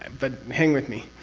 but hang with me.